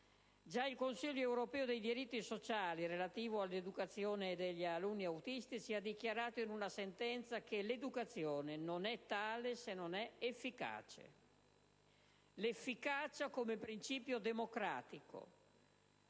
Già il Consiglio europeo dei diritti sociali, in materia di educazione degli alunni autistici, ha dichiarato in una sentenza che l'educazione non è tale se non è efficace: l'efficacia come principio democratico,